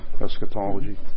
eschatology